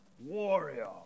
warrior